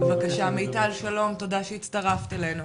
בבקשה מיטל שלום, תודה שהצטרפת אלינו.